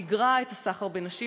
מיגרה את הסחר בנשים,